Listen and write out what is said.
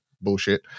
bullshit